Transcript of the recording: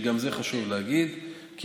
כי חשוב להגיד את זה,